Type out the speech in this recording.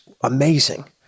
amazing